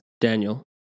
Daniel